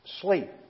sleep